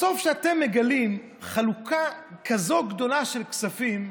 בסוף, כשאתם מגלים חלוקה כזאת גדולה של כספים,